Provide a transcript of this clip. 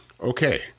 Okay